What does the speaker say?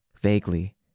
Vaguely